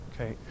Okay